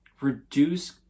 reduce